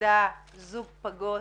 ילדה זוג פגות